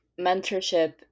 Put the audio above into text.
mentorship